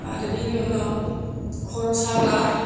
आरो बेनि उनाव खर' साब्ला